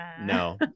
No